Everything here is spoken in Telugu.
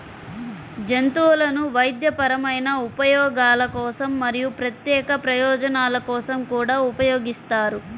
జంతువులను వైద్యపరమైన ఉపయోగాల కోసం మరియు ప్రత్యేక ప్రయోజనాల కోసం కూడా ఉపయోగిస్తారు